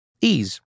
Ease